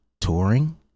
touring